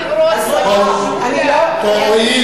אני לא דיברתי,